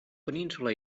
península